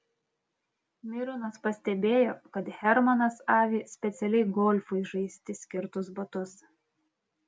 mironas pastebėjo kad hermanas avi specialiai golfui žaisti skirtus batus